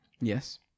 Yes